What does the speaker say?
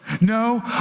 No